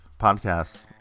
podcasts